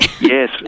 yes